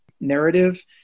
narrative